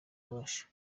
ububasha